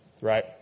Right